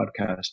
podcast